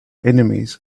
enemies